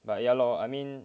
but ya lor I mean